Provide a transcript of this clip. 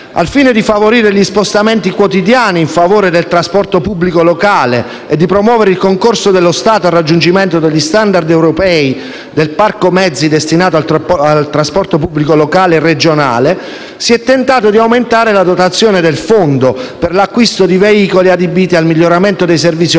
Al fine di favorire gli spostamenti quotidiani in favore del trasporto pubblico locale e di promuovere il concorso dello Stato al raggiungimento degli *standard* europei del parco mezzi destinato al trasporto pubblico locale e regionale si è tentato di aumentare la dotazione del fondo per l'acquisto di veicoli adibiti al miglioramento dei servizi offerti